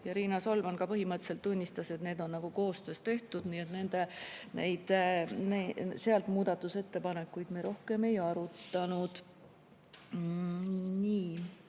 Riina Solman ka põhimõtteliselt tunnistas, et need on koostöös tehtud, nii et neid muudatusettepanekuid me rohkem ei arutanud.